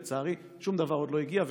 לצערי, שום דבר עוד לא הגיע.